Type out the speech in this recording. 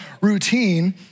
routine